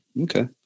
Okay